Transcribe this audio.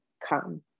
come